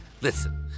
Listen